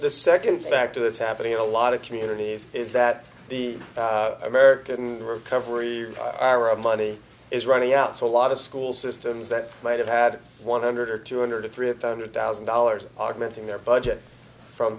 the second factor that's happening in a lot of communities is that the american recovery ira money is running out to a lot of school systems that might have had one hundred or two hundred to three hundred thousand dollars augmenting their budget from